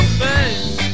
face